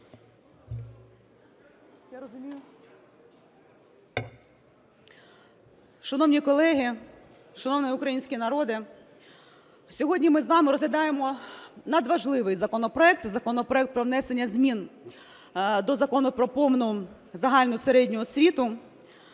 Шановні колеги! Шановний український народе! Сьогодні ми з вами розглядаємо надважливий законопроект – це законопроект про внесення змін до Закону "Про повну загальну середню освіту"